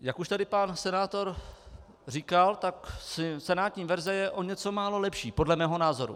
Jak už tady pan senátor říkal, tak senátní verze je o něco málo lepší, podle mého názoru.